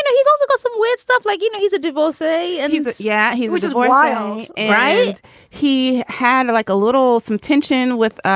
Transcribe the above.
and he's also got some weird stuff like, you know, he's a divorcee and he's ah yeah. he was just wild. right he had like a little some tension with